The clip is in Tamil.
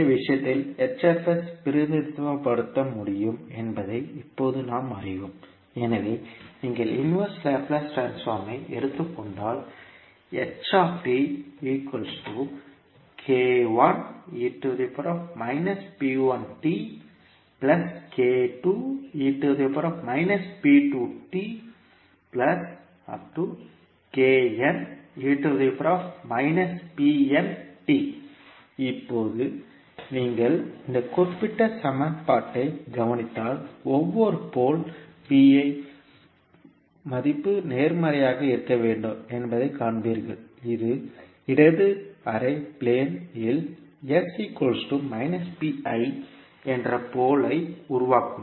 இந்த வடிவத்தில் பிரதிநிதித்துவப்படுத்த முடியும் என்பதை இப்போது நாம் அறிவோம் எனவே நீங்கள் இன்வர்ஸ் லாப்லேஸ் ட்ரான்ஸ்போர்ம்மை எடுத்துக் கொண்டால் இப்போது நீங்கள் இந்த குறிப்பிட்ட சமன்பாட்டைக் கவனித்தால் ஒவ்வொரு போல் மதிப்பு நேர்மறையாக இருக்க வேண்டும் என்பதைக் காண்பீர்கள் இது இடது அரை பிளே இல் என்ற போல் ஐ உருவாக்கும்